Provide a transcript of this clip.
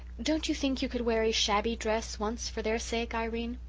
don't you think you could wear a shabby dress once for their sake, irene?